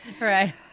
Right